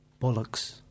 bollocks